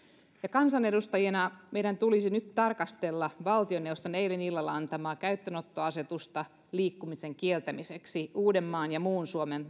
kansanedustajina meidän tulisi nyt tarkastella valtioneuvoston eilen illalla antamaa käyttöönottoasetusta liikkumisen kieltämiseksi uudenmaan ja muun suomen